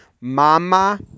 mama